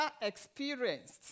experienced